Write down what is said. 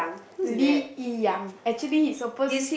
Lin Yi Yang actually he supposed